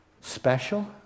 special